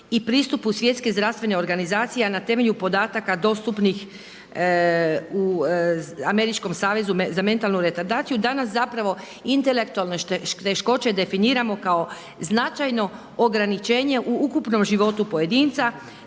i pristupu Svjetske zdravstvene organizacije, a na temelju podataka dostupnih Američkom savezu za mentalnu retardaciju danas intelektualne teškoće definiramo kao značajno ograničenje ukupnom životu pojedinca